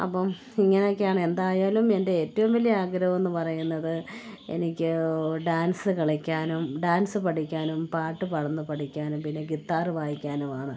അപ്പം ഇങ്ങനെയൊക്കെയാണ് എന്തായാലും എൻ്റെ ഏറ്റവും വലിയ ആഗ്രഹമെന്ന് പറയുന്നത് എനിക്ക് ഡാൻസ് കളിക്കാനും ഡാൻസ് പഠിക്കാനും പാട്ട് പാടുന്ന പഠിക്കാനും പിന്നെ ഗിത്താറ് വായിക്കാനുമാണ്